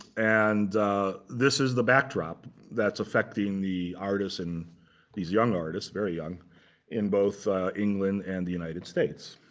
and this is the backdrop that's affecting the artists and these young artists, very young in both england and the united states.